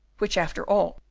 which, after all,